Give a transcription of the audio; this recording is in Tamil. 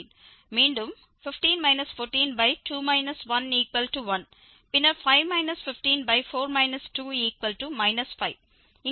மீண்டும் 15 142 11 பின்னர் 5 154 2 5 இங்கே இது உண்மை